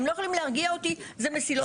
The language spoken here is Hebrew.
הם לא יכולים להרגיע אותי ולהגיד שאלו מסילות ברזל.